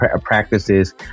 practices